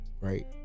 Right